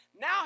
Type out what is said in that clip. now